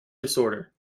disorder